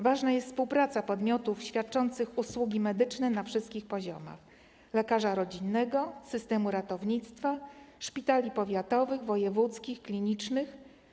Ważna jest współpraca podmiotów świadczących usługi medyczne na wszystkich poziomach: lekarza rodzinnego, systemu ratownictwa, szpitali powiatowych, wojewódzkich, klinicznych.